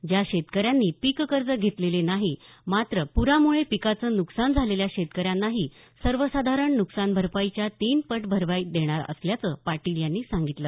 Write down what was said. ज्या शेतकऱ्यांनी पीक कर्ज घेतले नाही मात्र प्रामुळे पिकाचं नुकसान झालेल्या शेतकऱ्यांनाही सर्वसाधारण नुकसान भरपाईच्या तीन पट भरपाई देणार असल्याचं पाटील यांनी सांगितलं